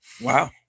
Wow